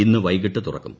ഇന്ന് വൈകിട്ട് തുറക്കും